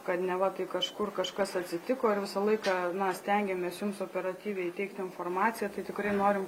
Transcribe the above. kad neva tai kažkur kažkas atsitiko ir visą laiką na stengiamės jums operatyviai teikt informaciją tai tikrai norim